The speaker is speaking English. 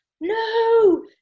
No